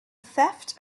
theft